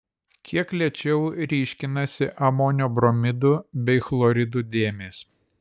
kiek lėčiau ryškinasi amonio bromidų bei chloridų dėmės